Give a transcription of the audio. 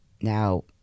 Now